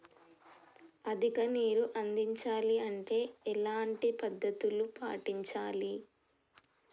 అధిక నీరు అందించాలి అంటే ఎలాంటి పద్ధతులు పాటించాలి?